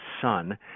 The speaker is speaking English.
Son